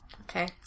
okay